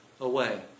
away